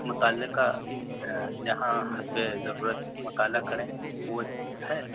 مطالعہ کا جہاں حسب ضرورت مطالعہ کریں وہ ہے